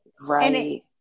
Right